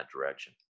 direction